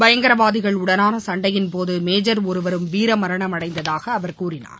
பயங்கரவாதிகளுடனானசண்டயின்போதமேஜர் ஒருவரும் வீரமரணமடைந்ததாகஅவர் கூறினார்